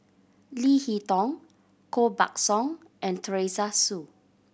Leo Hee Tong Koh Buck Song and Teresa Hsu